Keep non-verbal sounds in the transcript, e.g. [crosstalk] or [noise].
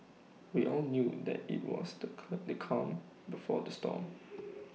we all knew that IT was the [unintelligible] the calm before the storm [noise]